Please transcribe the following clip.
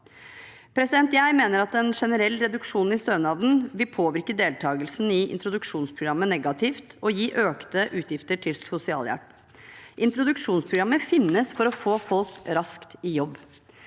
Jeg mener at en generell reduksjon i stønaden vil påvirke deltakelsen i introduksjonsprogrammet negativt og gi økte utgifter til sosialhjelp. Introduksjonsprogrammet finnes for å få folk raskt i jobb.